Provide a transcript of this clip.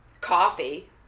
Coffee